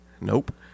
Nope